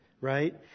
Right